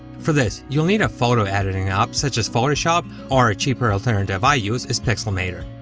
for this, you'll need a photo editing app, such as photoshop, or a cheaper alternative i use is pixelmator.